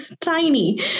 tiny